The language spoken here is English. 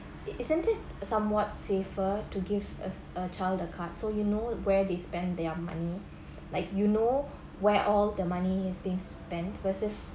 it isn't it somewhat safer to give a a child the card so you know where they spend their money like you know where all the money is being spent versus